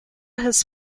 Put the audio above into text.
his